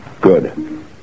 Good